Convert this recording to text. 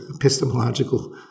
epistemological